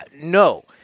no